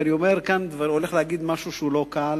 ואני כאן הולך להגיד משהו לא קל,